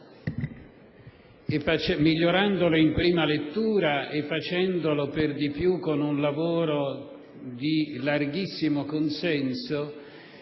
migliorandolo in prima lettura e facendolo, per di più, con un larghissimo consenso